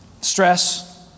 stress